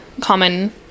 common